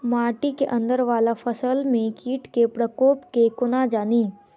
माटि केँ अंदर वला फसल मे कीट केँ प्रकोप केँ कोना जानि?